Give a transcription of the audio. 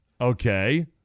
Okay